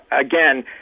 again